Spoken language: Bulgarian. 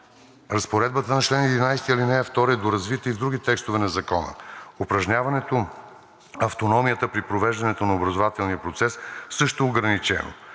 Разпоредбата на чл. 11, ал. 2 е доразвита и в други текстове на Закона. Упражняването автономията при провеждането на образователния процес също е ограничено,